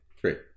Great